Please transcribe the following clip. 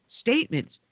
statements